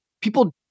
People